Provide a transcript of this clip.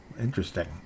interesting